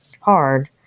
hard